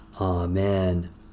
Amen